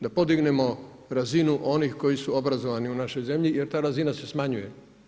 Da podignemo razinu onih koji su obrazovani u našoj zemlji, jer ta razina se smanjuje.